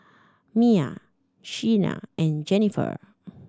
Mya Shyann and Jenniffer